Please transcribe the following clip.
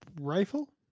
rifle